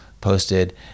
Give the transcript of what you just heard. posted